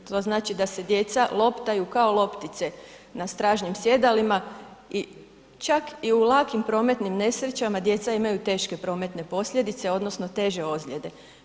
To znači da se djeca loptaju kao loptice na stražnjem sjedalima i čak i u lakim prometnim nesrećama djeca imaju teške prometne posljedice odnosno teže ozljede.